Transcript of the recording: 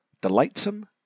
delightsome